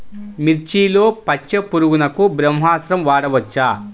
మిర్చిలో పచ్చ పురుగునకు బ్రహ్మాస్త్రం వాడవచ్చా?